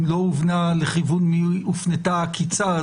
אם לא הובן לכיוון מי הופנתה העקיצה,